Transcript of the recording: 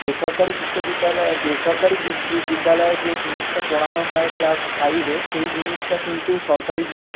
বেসরকারি বিশ্ববিদ্যালয় বেসরকারি বিদ্যালয়ে যে জিনিসটা পড়ানো হয় ক্লাস ফাইভে সেই জিনিসটা কিন্তু সরকারি